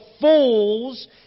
fools